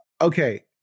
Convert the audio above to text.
Okay